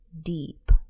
deep